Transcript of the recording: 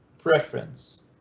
preference